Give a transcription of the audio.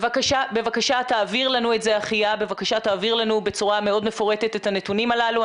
בבקשה תעביר לנו את זה בצורה מאוד מפורטת את הנתונים הללו,